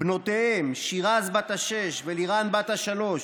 ובנותיהם שירז בת השש ולירן בת השלוש,